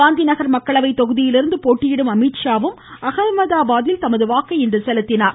காந்திநகர் மக்களவை தொகுதியிலிருந்து போட்டியிடும் அமீத்ஷாவும் அஹமதாபாதில் தமது வாக்கை இன்று செலுத்தினார்